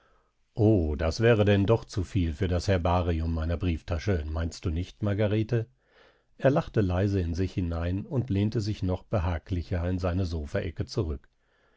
o das wäre denn doch zu viel für das herbarium meiner brieftasche meinst du nicht margarete er lachte leise in sich hinein und lehnte sich noch behaglicher in seine sofaecke zurück